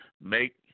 make